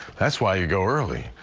that's why you go early.